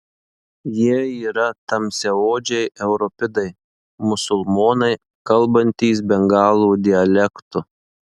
jie yra tamsiaodžiai europidai musulmonai kalbantys bengalų dialektu